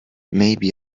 maybe